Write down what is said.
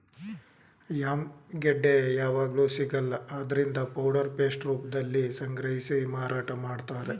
yam ಗೆಡ್ಡೆ ಯಾವಗ್ಲೂ ಸಿಗಲ್ಲ ಆದ್ರಿಂದ ಪೌಡರ್ ಪೇಸ್ಟ್ ರೂಪ್ದಲ್ಲಿ ಸಂಗ್ರಹಿಸಿ ಮಾರಾಟ ಮಾಡ್ತಾರೆ